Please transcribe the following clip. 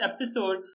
episode